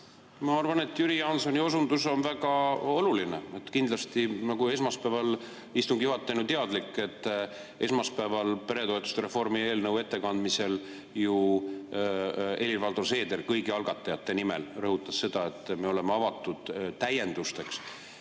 Ma arvan, et Jüri Jaansoni osundus on väga oluline. Kindlasti, nagu istungi juhataja on teadlik, esmaspäeval peretoetuste reformi eelnõu ettekandmisel ju Helir-Valdor Seeder kõigi algatajate nimel rõhutas seda, et me oleme avatud täiendusteks.